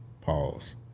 Pause